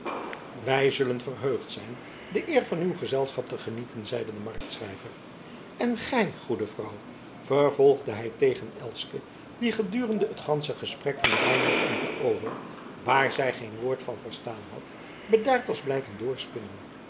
wij zullen verheugd zijn de eer van uw gezelschap te genieten zeide de marktschrijver en gij goede vrouw vervolgde hij tegen elske die gedurende het gansche gesprek van reinout en paolo waar zij geen woord van verstaan had bedaard was blijven doorspinnen